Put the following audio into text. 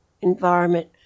environment